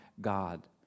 God